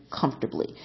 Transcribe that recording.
comfortably